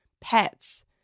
pets